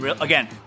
again